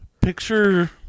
Picture